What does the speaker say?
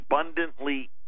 abundantly